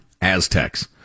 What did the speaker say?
Aztecs